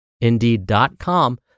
Indeed.com